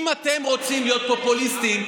אם אתם רוצים להיות פופוליסטיים,